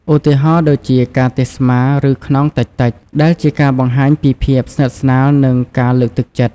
ឧទាហរណ៍ដូចជាការទះស្មាឬខ្នងតិចៗ ដែលជាការបង្ហាញពីភាពស្និទ្ធស្នាលនិងការលើកទឹកចិត្ត។